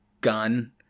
gun